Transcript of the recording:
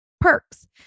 Perks